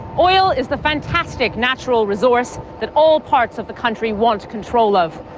oil is the fantastic natural resource that all parts of the country want control of.